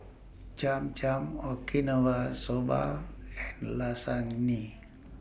Cham Cham Okinawa Soba and Lasagne